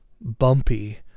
Bumpy